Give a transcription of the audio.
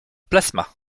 plasma